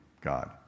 God